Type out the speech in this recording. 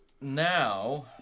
now